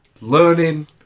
Learning